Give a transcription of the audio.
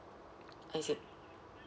I see